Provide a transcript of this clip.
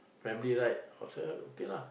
family right also okay lah